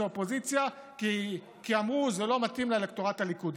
אופוזיציה כי אמרו שזה לא מתאים לאלקטורט הליכודי.